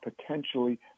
potentially